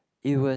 it was